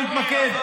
אני מתמקד,